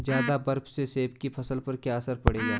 ज़्यादा बर्फ से सेब की फसल पर क्या असर पड़ेगा?